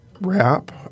wrap